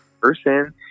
person